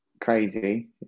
crazy